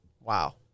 Wow